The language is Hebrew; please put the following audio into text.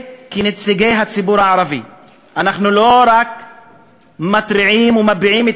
כנציגי הציבור הערבי אנחנו לא רק מתריעים ומביעים את